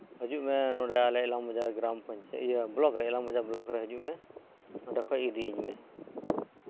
ᱦᱤᱡᱩᱜ ᱢᱮ Ilam Bazar block Ilam Bazar block ᱨᱮ ᱦᱤᱡᱩᱜ ᱢᱮ ᱱᱚᱰᱮ ᱠᱷᱚᱱ ᱤᱫᱤᱧ ᱢᱮ